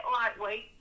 lightweight